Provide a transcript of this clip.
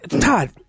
Todd